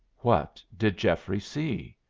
what did geoffrey see?